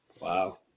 Wow